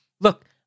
Look